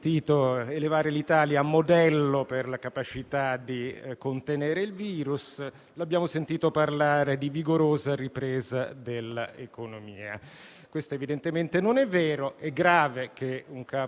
Questo evidentemente non è vero. È grave che un capo di Governo forzi la realtà e ancor più grave che la forzi su un terreno così drammatico per la Nazione, la crisi sanitaria ed economica.